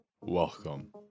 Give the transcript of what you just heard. welcome